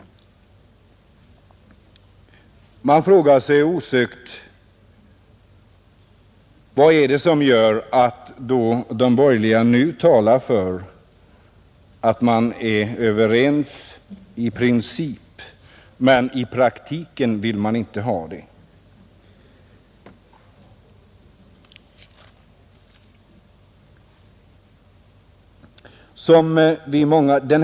Man frågar sig osökt varför de borgerliga nu säger sig instämma i princip, då de inte gör det i praktiken.